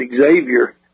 Xavier